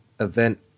event